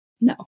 No